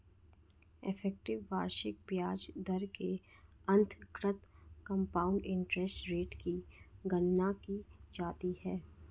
effective वार्षिक ब्याज दर के अंतर्गत कंपाउंड इंटरेस्ट रेट की गणना की जाती है